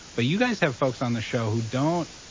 but you guys have folks on the show who don't.